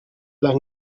las